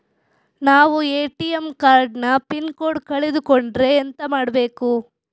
ನಾವು ATM card ನ pin code ಕಳೆದು ಕೊಂಡ್ರೆ ಎಂತ ಮಾಡ್ಬೇಕು?